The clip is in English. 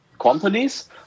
companies